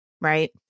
right